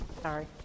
Sorry